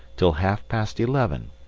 till half-past eleven,